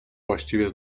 właściwie